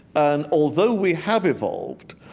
and although we have evolved,